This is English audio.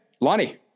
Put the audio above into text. Lonnie